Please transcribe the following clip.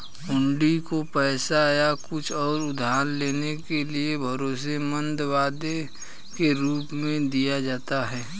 हुंडी को पैसे या कुछ और उधार लेने के एक भरोसेमंद वादे के रूप में दिया जाता है